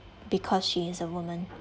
because she is a woman